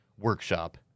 workshop